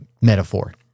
metaphor